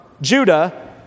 Judah